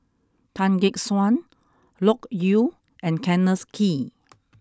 Tan Gek Suan Loke Yew and Kenneth Kee